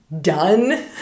done